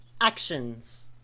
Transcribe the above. actions